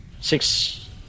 Six